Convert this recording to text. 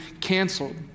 Canceled